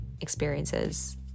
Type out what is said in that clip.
experiences